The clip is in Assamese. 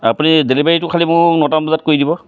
আপুনি ডেলিভাৰীটো খালী মোক নটামান বজাত কৰি দিব